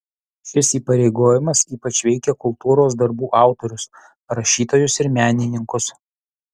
šis įpareigojimas ypač veikia kultūros darbų autorius rašytojus ir menininkus